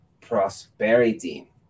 prosperity